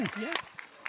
Yes